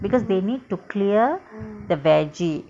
because they need to clear the veggie